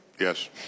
Yes